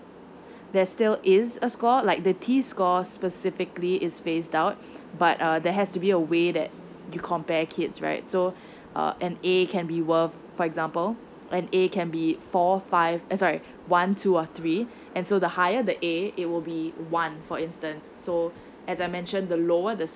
there's still is a score like the T score specifically is spaced out but uh there has to be a way that um you compare kids right so uh and A can be worth for example an A can be four five eh sorry one two or three and so the higher the A it will be one for instance so as I mention the lower the